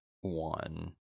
one